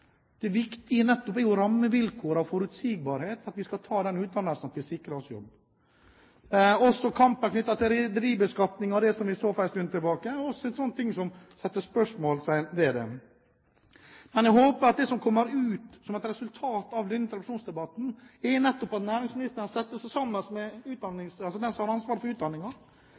Det viktige er nettopp rammevilkårene og forutsigbarhet for at vi skal ta den utdannelsen som sikrer oss jobb. Også kampen knyttet til rederibeskatningen, som vi så for en stund tilbake, er også en sånn ting som setter spørsmålstegn ved den. Men jeg håper at det som kommer ut som et resultat av denne interpellasjonsdebatten, er at næringsministeren setter seg sammen med den som har ansvaret for